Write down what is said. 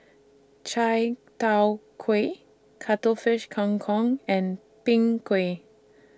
Chai Tow Kuay Cuttlefish Kang Kong and Png Kueh